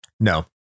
No